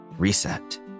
reset